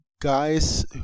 guys